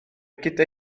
gyda